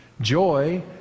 joy